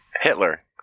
Hitler